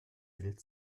wild